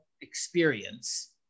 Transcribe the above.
experience